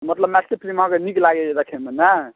मतलब मैथिली फिलिम अहाँके नीक लागैए देखैमे नहि